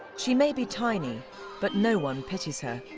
she may be tiny but no one pities her,